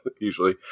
usually